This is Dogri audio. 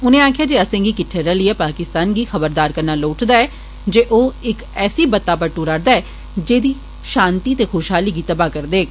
उनें आखेआ जे असें'गी किट्ठे रलियै पाकिस्तान गी खबरदार करना लोड़चदा ऐ जे ओह इक ऐसी बत्तै पर टुरा'रदा ऐ जेहड़ी शांति ते खुशहाली गी तबाह् करी देग